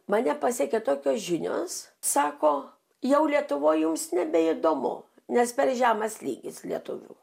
mane pasiekė tokios žinios sako jau lietuvoj jums nebeįdomu nes per žemas lygis lietuvių